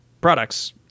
products